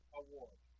award